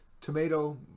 tomato